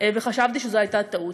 וחשבתי שזו הייתה טעות,